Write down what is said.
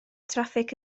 traffig